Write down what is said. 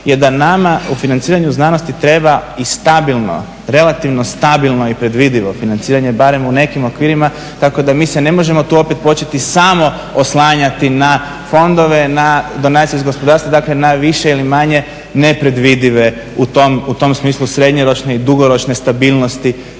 je da nama u financiranju znanosti treba i stabilno, relativno stabilno i predvidivo financiranje barem u nekim okvirima tako da mi se ne možemo tu opet početi samo oslanjati na fondove na donacije iz gospodarstva dakle na više ili manje nepredvidive u tom smislu srednjoročne i dugoročne stabilnosti